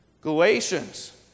Galatians